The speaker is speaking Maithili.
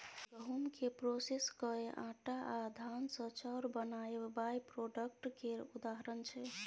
गहुँम केँ प्रोसेस कए आँटा आ धान सँ चाउर बनाएब बाइप्रोडक्ट केर उदाहरण छै